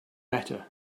better